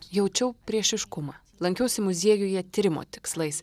jaučiau priešiškumą lankiausi muziejuje tyrimo tikslais